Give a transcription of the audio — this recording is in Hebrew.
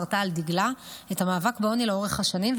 חרתה על דגלה את המאבק בעוני לאורך השנים,